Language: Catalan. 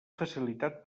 facilitat